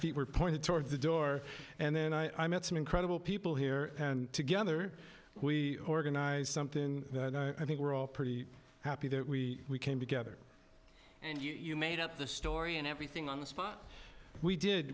feet were pointed toward the door and then i met some incredible people here and together we organized something that i think we're all pretty happy that we came together and you made up the story and everything on the spot we did